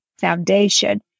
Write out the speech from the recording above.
Foundation